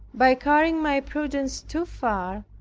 by carrying my prudence too far,